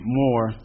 more